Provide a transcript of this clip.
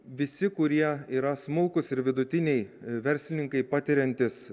visi kurie yra smulkūs ir vidutiniai verslininkai patiriantys